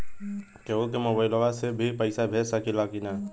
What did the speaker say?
केहू के मोवाईल से भी पैसा भेज सकीला की ना?